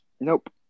Nope